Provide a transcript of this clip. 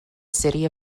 city